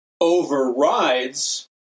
overrides